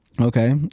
Okay